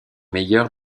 meilleur